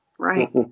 Right